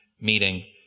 meeting